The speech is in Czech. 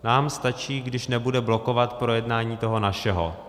Nám stačí, když nebude blokovat projednání toho našeho.